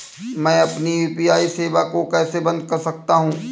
मैं अपनी यू.पी.आई सेवा को कैसे बंद कर सकता हूँ?